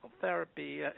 therapy